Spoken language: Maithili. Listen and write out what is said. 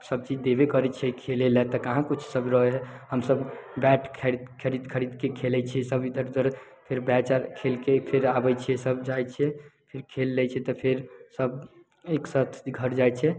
सब चीज देबे करै छै खेलै लए तऽ काहाँ किछु सब रहै हमसब बैट खरीद खरीदके खेलै छियै सब ई सब फिर मैच आर खेलके फिर आबै छियै तब जाइ छियै खेल लै छियै तब फिर सब एकसाथ घर जाइ छियै